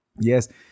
yes